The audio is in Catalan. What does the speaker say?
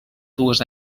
dues